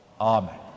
Amen